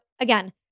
again